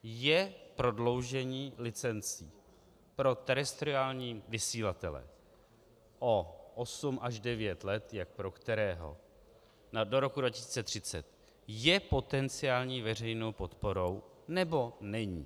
Je prodloužení licencí pro terestriální vysílatele o 8 až 9 let jak pro kterého do roku 2030, je potenciální veřejnou podporou, nebo není?